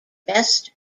best